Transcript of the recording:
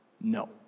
no